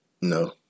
No